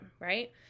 right